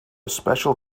special